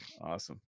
Awesome